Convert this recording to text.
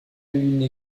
une